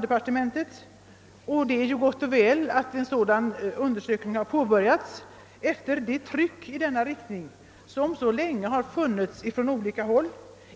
Det är gott och väl:att en sådan vrindersökning påbörjats efter det iryck i denna riktning som så länge utövats från olika håll,